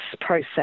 process